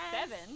seven